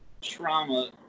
trauma